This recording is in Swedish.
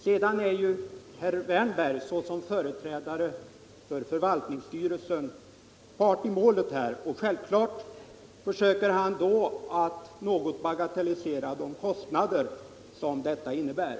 Herr Wärnberg är som företrädare för förvaltningsstyrelsen part i målet här, och självklart försöker han att något bagatellisera de kostnader som en återflyttning till Helgeandsholmen innebär.